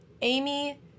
Amy